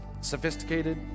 sophisticated